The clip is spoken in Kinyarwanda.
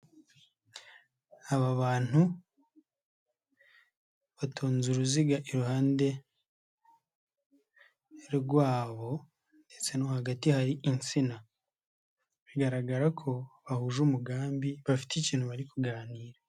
Aba bantu batonze uruziga iruhande rwabo ndetse no hagati hari insina. Bigaragara ko bahuje umugambi, bafite ikintu bari kuganira.